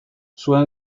zuen